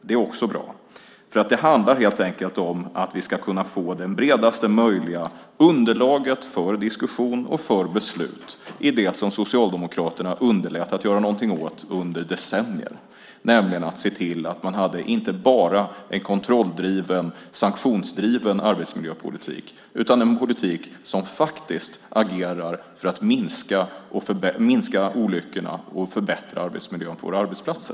Det är också bra, för det handlar helt enkelt om att vi ska kunna få det bredaste möjliga underlaget för diskussion och beslut i det som Socialdemokraterna underlät att göra någonting åt under decennier, nämligen att se till att man inte bara hade en kontrolldriven och sanktionsdriven arbetsmiljöpolitik utan en politik som faktiskt agerar för att minska olyckorna och förbättra arbetsmiljön på våra arbetsplatser.